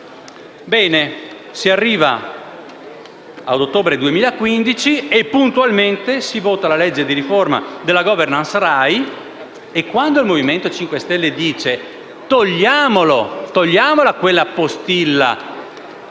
Si arriva ad ottobre 2015 e, puntualmente, si vota la legge di riforma della *governance* RAI e quando il Movimento 5 Stelle dice di togliere quella postilla